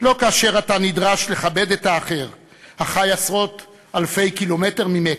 לא כאשר אתה נדרש לכבד את האחר החי עשרות אלפי קילומטרים ממך,